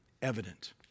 Evident